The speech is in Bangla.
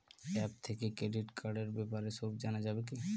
অ্যাপ থেকে ক্রেডিট কার্ডর ব্যাপারে সব জানা যাবে কি?